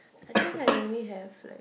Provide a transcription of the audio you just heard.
I think I only have like